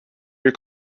your